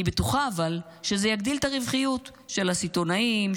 אבל אני בטוחה שזה יגדיל את הרווחיות של הסיטונאים,